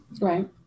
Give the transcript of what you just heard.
right